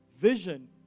Vision